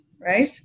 right